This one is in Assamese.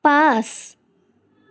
পাঁচ